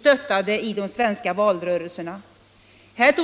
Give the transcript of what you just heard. stöd i de svenska valrörelserna?